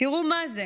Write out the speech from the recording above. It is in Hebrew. תראו מה זה,